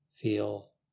Feel